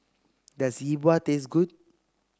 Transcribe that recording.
does Yi Bua taste good